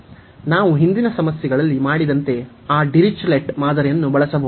ನಾವು ಹಿಂದಿನ ಸಮಸ್ಯೆಗಳಲ್ಲಿ ಮಾಡಿದಂತೆ ಆ ಡಿರಿಚ್ಲೆಟ್ ಮಾದರಿಯನ್ನು ಬಳಸಬಹುದು